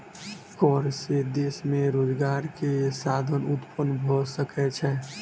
कर से देश में रोजगार के साधन उत्पन्न भ सकै छै